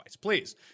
Please